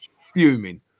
Fuming